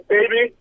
Baby